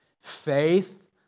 faith